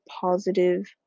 positive